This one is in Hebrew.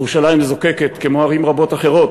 ירושלים זוקקת, כמו ערים רבות אחרות,